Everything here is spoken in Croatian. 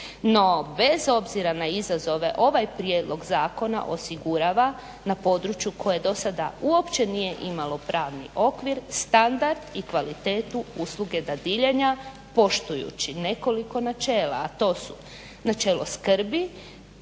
no bez obzira na izazove ovaj prijedlog zakona osigurava na području koje dosada uopće nije imalo pravni okvir standard i kvalitetu usluge dadiljanja poštujući nekoliko načela, a to su načelo skrbi